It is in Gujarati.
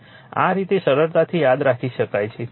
આ રીતે સરળતાથી યાદ રાખી શકાય છે